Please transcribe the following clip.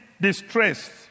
distressed